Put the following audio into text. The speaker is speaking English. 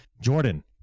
Jordan